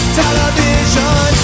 television